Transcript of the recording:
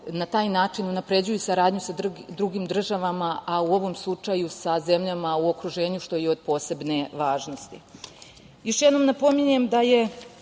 na taj način unapređuju saradnju sa drugim državama, a u ovom slučaju sa zemljama u okruženju, što je od posebne važnosti. Još jednom napominjem da je